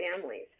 families